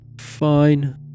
Fine